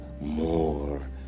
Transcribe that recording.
more